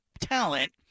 talent